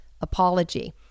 apology